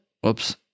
Whoops